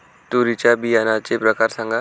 तूरीच्या बियाण्याचे प्रकार सांगा